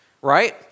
Right